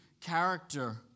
character